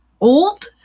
old